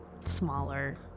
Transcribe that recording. smaller